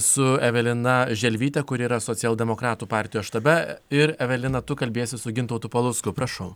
su evelina želvyte kuri yra socialdemokratų partijos štabe ir evelina tu kalbiesi su gintautu palucku prašau